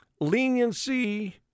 leniency